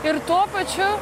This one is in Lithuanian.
ir tuo pačiu